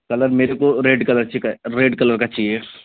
colour मेरेको red colour छिके red colour का चाहिए